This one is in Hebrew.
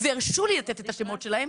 וירשו לי לתת את השמות שלהם,